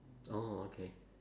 orh okay